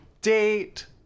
date